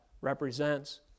represents